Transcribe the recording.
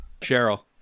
Cheryl